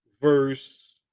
verse